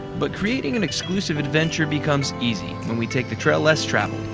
but creating an exclusive adventure becomes easy when we take the trail less traveled.